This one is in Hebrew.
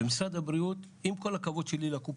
במשרד הבריאות, עם כל הכבוד שלי לקופות,